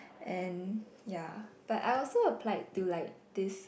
and ya but I also applied to like this